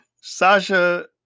Sasha